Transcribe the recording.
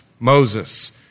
Moses